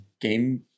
game